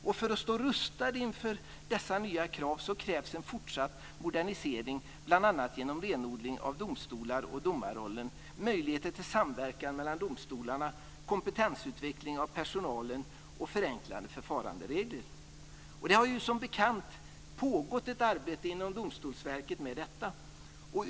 För att de ska stå rustade inför dessa nya krav krävs en fortsatt modernisering, bl.a. genom en renodling av domstolar och domarrollen, möjligheter till samverkan mellan domstolarna, kompetensutveckling av personalen och förenklade förfaranderegler. Det har som bekant pågått ett arbete inom Domstolsverket kring detta.